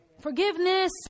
Forgiveness